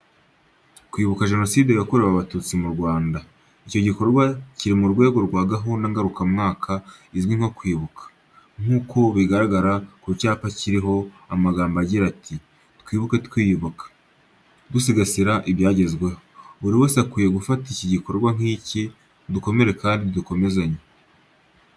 Kwibuka Jenoside yakorewe Abatutsi mu Rwanda. Icyo gikorwa kiri mu rwego rwa gahunda ngarukamwaka izwi nko kwibuka nk’uko bigaragara ku cyapa kiriho amagambo agira ati:"Twibuke twiyubaka." Dusigasira ibyagezweho. Buri wese akwiye gufata iki gikorwa nk'icye. Dukomere kandi dukomezanye.